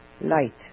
light